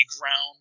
ground